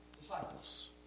disciples